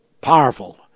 powerful